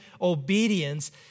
obedience